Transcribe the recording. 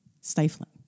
stifling